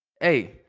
Hey